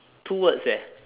two words eh